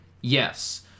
Yes